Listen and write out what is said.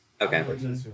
Okay